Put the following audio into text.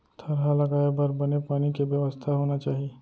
थरहा लगाए बर बने पानी के बेवस्था होनी चाही